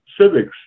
civics